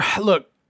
Look